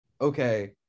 okay